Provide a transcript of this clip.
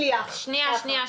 רגע, שנייה.